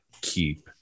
keep